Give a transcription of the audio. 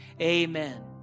Amen